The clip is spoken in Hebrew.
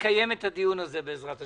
אקיים את הדיון הזה בעז"ה.